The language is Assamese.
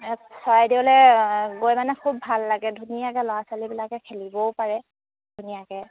চৰাইদেউলৈ গৈ মানে খুব ভাল লাগে ধুনীয়াকৈ ল'ৰা ছোৱালীবিলাকে খেলিবও পাৰে ধুনীয়াকৈ